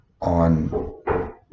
on